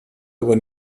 aber